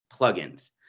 plugins